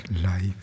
life